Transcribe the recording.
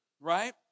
right